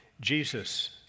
Jesus